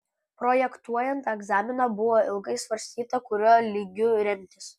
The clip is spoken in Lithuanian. projektuojant egzaminą buvo ilgai svarstyta kuriuo lygiu remtis